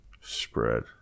Spread